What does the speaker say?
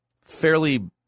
fairly –